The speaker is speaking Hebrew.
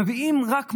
מביאים רק מס,